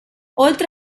oltre